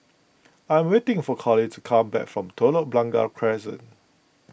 I'm waiting for Coley to come back from Telok Blangah Crescent